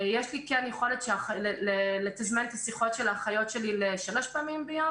יש לי כן יכולת לתזמן את השיחות של האחיות שלי לשלוש פעמים ביום,